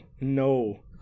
no